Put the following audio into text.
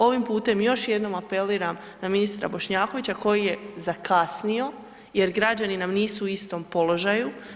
Ovim putem još jednom apeliram na ministra Bošnjakovića koji je zakasnio jer građani nam nisu u istom položaju.